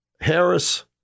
Harris